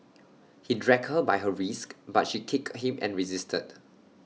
he dragged her by her wrists but she kicked him and resisted